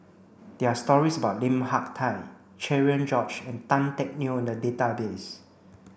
there are stories about Lim Hak Tai Cherian George and Tan Teck Neo in the database